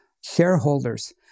shareholders